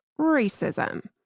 racism